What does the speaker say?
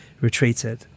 retreated